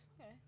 Okay